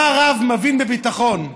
מה הרב מבין בביטחון?